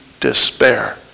despair